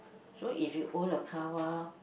so if you own a car wh~